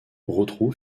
rotrou